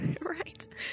right